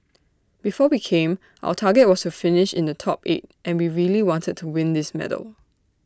before we came our target was to finish in the top eight and we really wanted to win this medal